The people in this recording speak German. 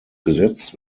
gesetzt